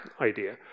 idea